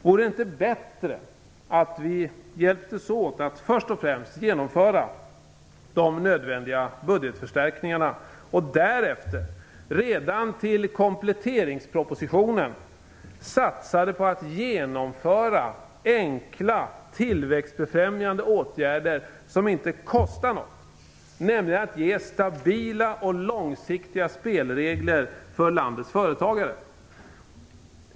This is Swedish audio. Vore det inte bättre att vi hjälptes åt att först och främst genomföra de nödvändiga budgetförstärkningarna och därefter, redan till kompletteringspropositionen, satsade på att genomföra enkla tillväxtbefrämjande åtgärder som inte kostar något, nämligen att ge stabila och långsiktiga spelregler åt landets företagare?